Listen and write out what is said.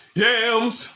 yams